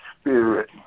spirit